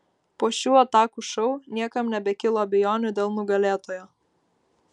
po šių atakų šou niekam nebekilo abejonių dėl nugalėtojo